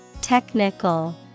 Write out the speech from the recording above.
Technical